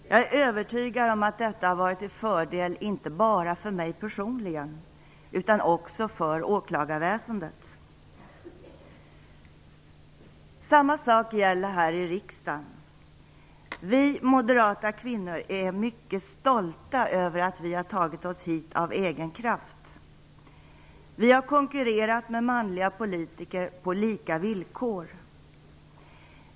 Jag är övertygad om att detta har varit till fördel inte bara för mig personligen utan också för åklagarväsendet. Samma sak gäller här i riksdagen. Vi moderata kvinnor är mycket stolta över att vi har tagit oss hit av egen kraft. Vi har konkurrerat med manliga politiker på lika villkor.